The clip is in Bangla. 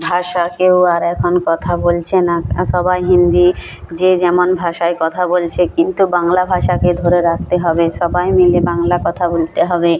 ভাষা কেউ আর এখন কথা বলছে না সবাই হিন্দি যে যেমন ভাষায় কথা বলছে কিন্তু বাংলা ভাষাকে ধরে রাখতে হবে সবাই মিলে বাংলা কথা বলতে হবে